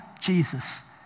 Jesus